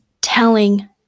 telling